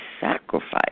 sacrifice